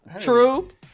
True